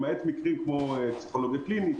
למעט מקרים כמו פסיכולוגיה קלינית,